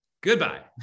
Goodbye